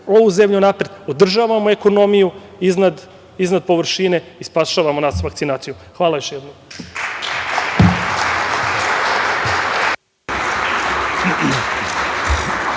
ovu zemlju napred, održavamo ekonomiju iznad površine i spasavamo nas vakcinacijom. Hvala još jednom.